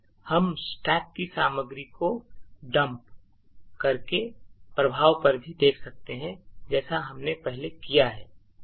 हम स्टैक की सामग्री को डंप करके प्रभाव पर भी देख सकते हैं जैसा हमने पहले किया है